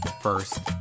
First